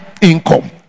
income